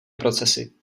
procesy